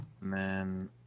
Man